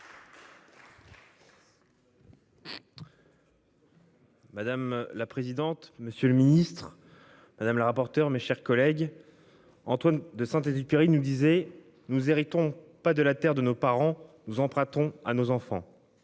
Madame la présidente, monsieur le ministre. Madame la rapporteure, mes chers collègues. Antoine de Saint-Exupéry, nous disait nous héritons pas de la terre de nos parents nous empruntons à nos enfants.